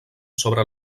sobre